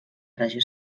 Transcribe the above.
regió